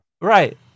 right